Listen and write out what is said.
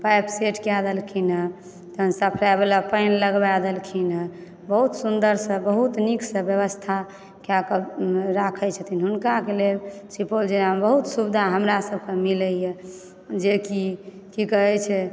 pipe set कय देलखिन हँ तहन सप्लाईवाला पानि लगवा देलखिन हँ बहुत सुन्दरसँ बहुत नीकसँ व्यवस्था कएकऽ राखय छथिन हुनकाक लेल सुपौल जिलामे बहुत सुविधा हमरा सभके मिलयए जेकि की कहय छै